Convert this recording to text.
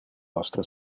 nostre